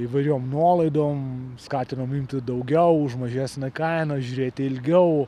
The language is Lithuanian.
įvairiom nuolaidom skatinom imti daugiau už mažesnę kainą žiūrėti ilgiau